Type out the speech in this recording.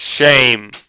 shame